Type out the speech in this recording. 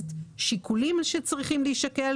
מי נמנע?